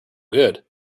good